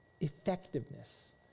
effectiveness